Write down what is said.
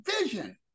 vision